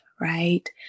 right